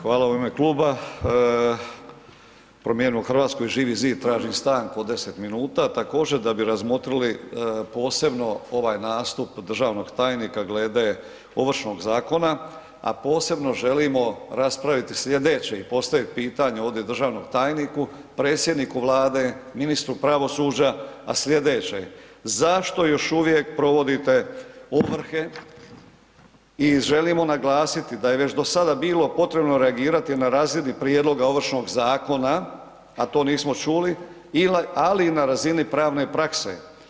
Hvala, u ime Kluba Promijenimo Hrvatsku i Živi zid tražim stanku od 10 minuta također, da bi razmotrili posebno ovaj nastup državnog tajnika glede Ovršnog zakona, a posebno želimo raspraviti sljedeće i postaviti pitanje ovdje državnom tajniku, predsjedniku Vlade, ministru pravosuđa, a sljedeće: zašto još uvijek provodite ovrhe i želimo naglasiti da je već do sada bilo potrebno reagirati na razini prijedloga Ovršnog zakona, a to nismo čuli, ali i na razini pravne prakse.